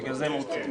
בגלל זה הם רוצים.